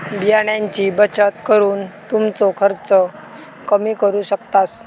बियाण्यांची बचत करून तुमचो खर्च कमी करू शकतास